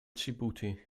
dschibuti